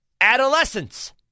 adolescence